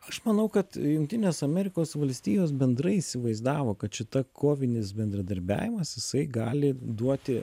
aš manau kad jungtinės amerikos valstijos bendrai įsivaizdavo kad šita kovinis bendradarbiavimas jisai gali duoti